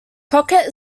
crockett